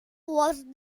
was